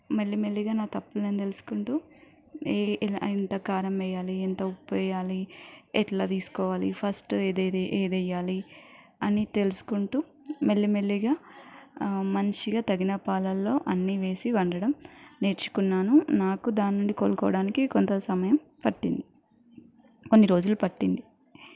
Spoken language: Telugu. మెల్లిమెల్లిగా నా తప్పులు నేను తెలుసుకుంటూ ఈ ఇలా ఎంత కారం వేయాలి ఎంత ఉప్పు వేయాలి ఎట్లా తీసుకోవాలి ఫస్ట్ ఏదేది ఏది వేయాలి అని తెలుసుకుంటూ మెల్లిమెల్లిగా మంచిగా తగిన పాలల్లో అన్నీ వేసి వండటం నేర్చుకున్నాను నాకు దాని నుండి కోలుకోవడానికి కొంత సమయం పట్టింది కొన్ని రోజులు పట్టింది